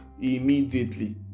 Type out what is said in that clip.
immediately